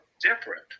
Different